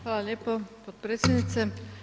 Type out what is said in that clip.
Hvala lijepo potpredsjednice.